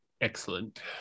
Excellent